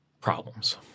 problems